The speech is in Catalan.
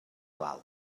val